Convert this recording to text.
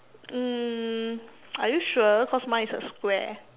um are you sure cause mine is a square